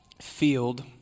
field